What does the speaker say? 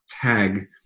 tag